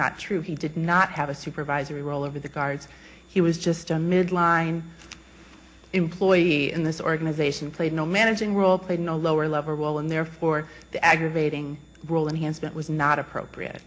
not true he did not have a supervisory role over the guards he was just a midline employee in this organization played no managing role played in a lower level and therefore the aggravating role enhanced it was not appropriate